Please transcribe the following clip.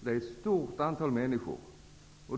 Det är ett stort antal människor.